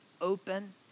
open